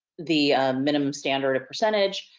the minimum standard percentage.